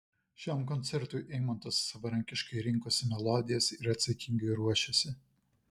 šiam koncertui eimantas savarankiškai rinkosi melodijas ir atsakingai ruošėsi